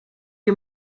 you